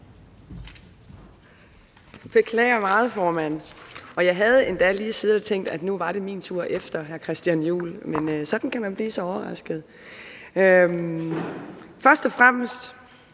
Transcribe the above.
Beklager meget, formand. Jeg havde endda lige siddet og tænkt, at nu var det min tur efter hr. Christian Juhl. Men sådan kan man blive så overrasket. Først og fremmest